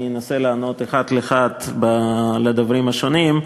אני אנסה לענות אחת לאחת לדוברים השונים.